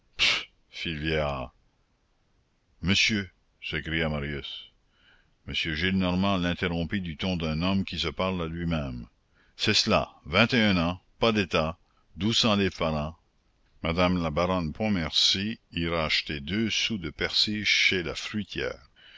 monsieur s'écria marius m gillenormand l'interrompit du ton d'un homme qui se parle à lui-même c'est cela vingt et un ans pas d'état douze cents livres par an madame la baronne pontmercy ira acheter deux sous de persil chez la fruitière